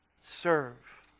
serve